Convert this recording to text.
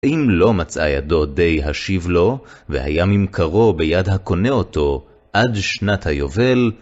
אם לא מצא ידו די השיב לו, והיה ממכרו ביד הקונה אותו עד שנת היובל,